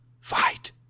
fight